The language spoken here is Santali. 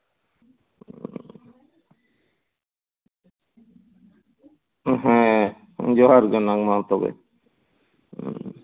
ᱦᱮᱸ ᱡᱚᱦᱟᱨ ᱜᱮ ᱢᱟ ᱛᱚᱵᱮ